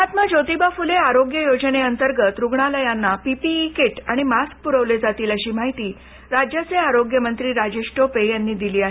महात्मा ज्योतिबा फुले आरोग्य योजनेअंतर्गत रुग्णालयांना पीपीई कीट आणि मास्क पुरवले जातील अशी माहिती राज्याचे आरोग्य मंत्री राजेश टोपे यांनी दिली आहे